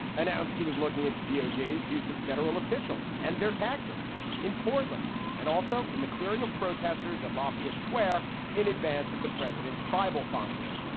announced he was looking at the doj, his use of federal officials and their tactics in portland and also in the clearing of protesters at lafayette square in advance of the president's bible fondling.